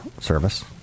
service